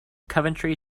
coventry